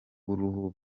bw’uruhu